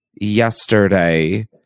yesterday